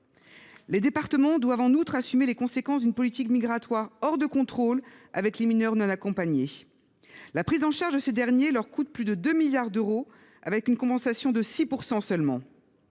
Les départements doivent en outre assumer les conséquences d’une politique migratoire hors de contrôle, avec notamment l’arrivée de mineurs non accompagnés. La prise en charge de ces derniers leur coûte plus de 2 milliards d’euros, avec une compensation de 6 % seulement.